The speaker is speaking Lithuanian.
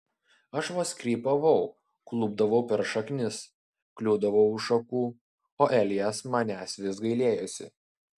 aš vos krypavau klupdavau per šaknis kliūdavau už šakų o elijas manęs vis gailėjosi